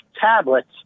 tablets